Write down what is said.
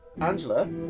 Angela